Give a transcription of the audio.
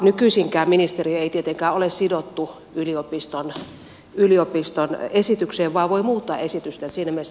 nykyisinkään ministeri ei tietenkään ole sidottu yliopiston esitykseen vaan voi muuttaa esitystään